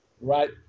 right